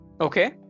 Okay